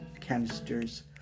canisters